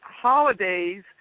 holidays